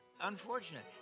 unfortunate